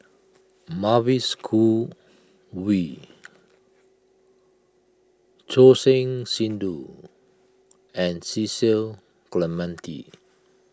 Mavis Khoo Oei Choor Singh Sidhu and Cecil Clementi